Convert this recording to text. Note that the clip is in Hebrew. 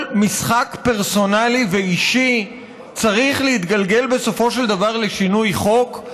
האם כל משחק פרסונלי ואישי צריך להתגלגל בסופו של דבר לשינוי חוק?